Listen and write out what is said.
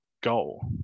goal